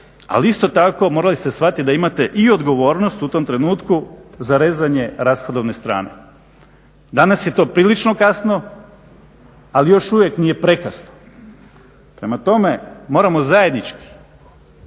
ali isto tako morali ste shvatiti da imate i odgovornost u tom trenutku za rezanje rashodovne strane. Danas je to prilično kasno, ali još uvijek nije prekasno. Prema tome, moramo zajednički